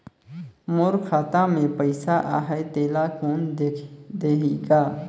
मोर खाता मे पइसा आहाय तेला कोन देख देही गा?